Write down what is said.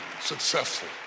successful